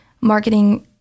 marketing